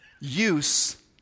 use